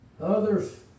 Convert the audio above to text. Others